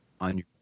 on